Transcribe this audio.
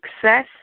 success